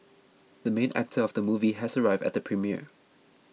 the main actor of the movie has arrived at the premiere